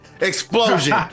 explosion